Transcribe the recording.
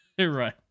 right